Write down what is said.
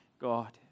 God